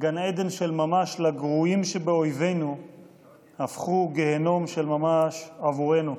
גן עדן של ממש לגרועים שבאויבינו הפכו גיהינום של ממש בעבורנו.